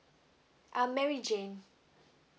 um mary jane